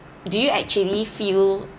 do you actually feel